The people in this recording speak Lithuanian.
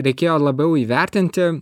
reikėjo labiau įvertinti